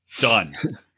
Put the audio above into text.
done